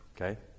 Okay